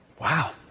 Wow